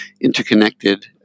interconnected